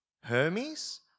Hermes